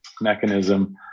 mechanism